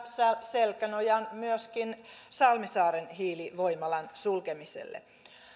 selkänojan myöskin salmisaaren hiilivoimalan sulkemiselle